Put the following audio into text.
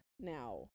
now